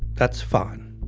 that's fine.